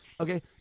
okay